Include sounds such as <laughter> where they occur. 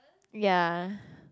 ya <breath>